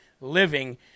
living